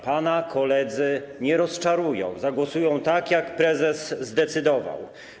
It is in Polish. Pana koledzy nie rozczarują, zagłosują tak, jak prezes zdecydował.